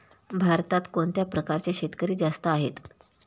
भारतात कोणत्या प्रकारचे शेतकरी जास्त आहेत?